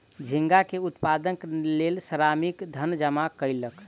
झींगा के उत्पादनक लेल श्रमिक धन जमा कयलक